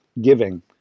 giving